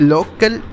Local